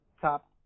top